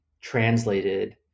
translated